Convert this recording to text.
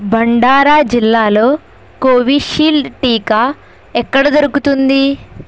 భండారా జిల్లాలో కోవిషీల్డ్ టీకా ఎక్కడ దొరుకుతుంది